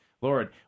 Lord